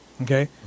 Okay